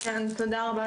תודה רבה,